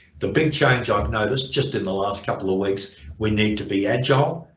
the big change i've noticed just in the last couple of weeks we need to be agile,